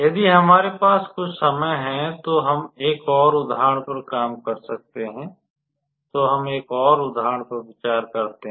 यदि हमारे पास कुछ समय है तो हम एक और उदाहरण पर काम कर सकते हैं तो हम एक और उदाहरण पर विचार करते हैं